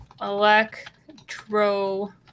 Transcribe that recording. Electro